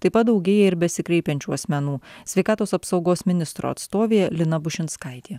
taip pat daugėja ir besikreipiančių asmenų sveikatos apsaugos ministro atstovė lina bušinskaitė